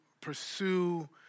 pursue